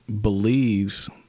believes